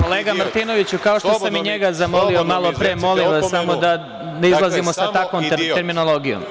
Kolega Martinović, kao što sam i njega zamolio malopre, molim vas samo da ne izlazimo sa takvom terminologijom.